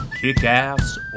Kick-Ass